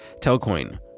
Telcoin